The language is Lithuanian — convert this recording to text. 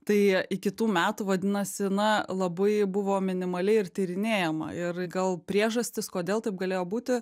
tai iki tų metų vadinasi na labai buvo minimaliai ir tyrinėjama ir gal priežastis kodėl taip galėjo būti